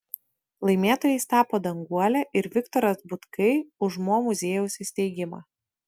laimėtojais tapo danguolė ir viktoras butkai už mo muziejaus įsteigimą